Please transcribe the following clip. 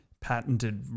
patented